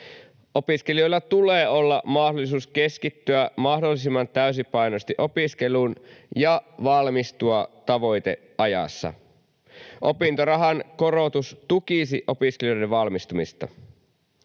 Opiskelijoilla tulee olla mahdollisuus keskittyä mahdollisimman täysipainoisesti opiskeluun ja valmistua tavoiteajassa. Opintorahan korotus tukisi opiskelijoiden valmistumista.